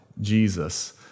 Jesus